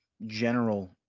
general